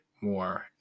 more